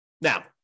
Now